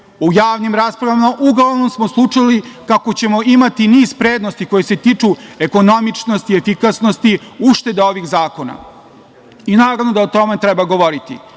u javnim raspravama, uglavnom smo slušali kako ćemo imati niz prednosti koje se tiču ekonomičnosti, efikasnosti, ušteda ovih zakona. Naravno da o tome treba govoriti.